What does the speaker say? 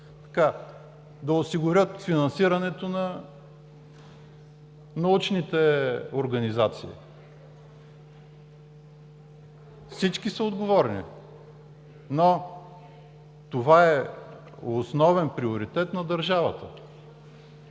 да осигурят финансирането на научните организации. Всички са отговорни, но това е основен приоритет на държавата.